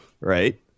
right